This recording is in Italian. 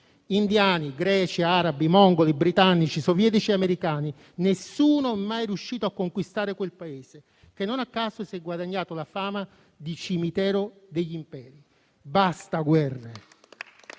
Indiani, greci, arabi, mongoli, britannici, sovietici e americani: nessuno è mai riuscito a conquistare quel Paese, che non a caso si è guadagnato la fama di "cimitero degli imperi". Basta guerre.